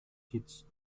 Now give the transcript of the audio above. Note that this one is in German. kitts